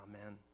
Amen